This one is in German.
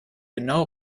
genau